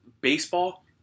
baseball